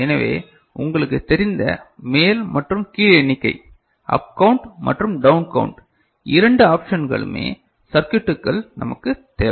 எனவே உங்களுக்குத் தெரிந்த மேல் மற்றும் கீழ் எண்ணிக்கை அப் கவுண்ட் மற்றும் டவுன் கவுண்ட் இரண்டு ஆப்ஷன்களுமே சர்க்யுடிற்குள் நமக்கு தேவை